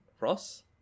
Ross